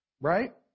right